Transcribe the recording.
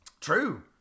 True